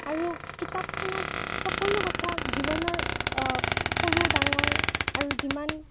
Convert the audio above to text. আৰু কিতাপখনত সকলো কথা জীৱনৰ সৰু ডাঙৰ আৰু যিমান